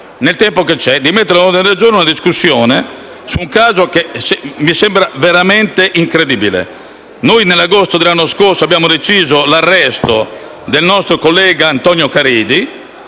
nel tempo che rimane, di porre all'ordine del giorno la discussione di un caso che mi sembra veramente incredibile. Nell'agosto dell'anno scorso abbiamo deciso l'arresto del collega Antonio Caridi,